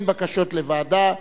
אין בקשות לוועדה.